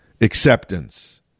acceptance